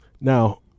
Now